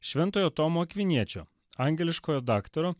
šventojo tomo akviniečio angeliškojo daktaro